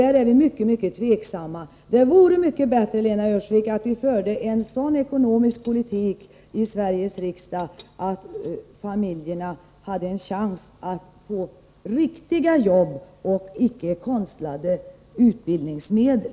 Vi är mycket tveksamma till detta. Lena Öhrsvik, det vore mycket bättre om vi förde en sådan ekonomisk politik i Sveriges riksdag, att familjerna hade en chans att få riktiga arbeten och inte konstlade utbildningsmedel.